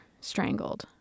strangled